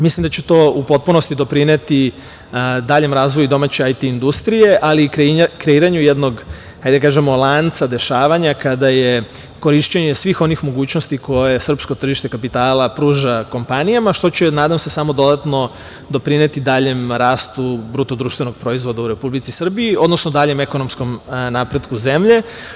Mislim da će to u potpunosti doprineti daljem razvoju domaće IT industrije, ali i kreiranju jednog lanca dešavanja, kada je korišćenje svih onih mogućnosti koje srpsko tržište kapitala pruža kompanijama, što će, nadam se, samo dodatno doprineti daljem rastu bruto društvenog proizvoda u Republici Srbiji, odnosno daljem ekonomskom napretku zemlje.